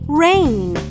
rain